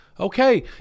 Okay